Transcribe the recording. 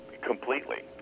Completely